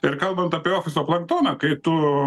ir kalbant apie ofiso planktoną kai tu